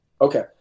Okay